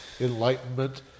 enlightenment